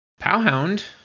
Powhound